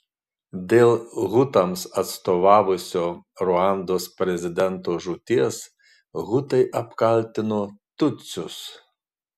dėl hutams atstovavusio ruandos prezidento žūties hutai apkaltino tutsius